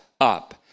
up